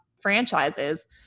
franchises